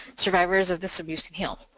survivors of this abuse can heal.